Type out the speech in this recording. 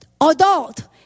adult